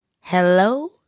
Hello